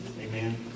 Amen